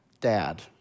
dad